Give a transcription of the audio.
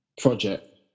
project